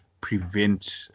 prevent